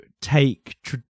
take